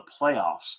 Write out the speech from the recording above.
playoffs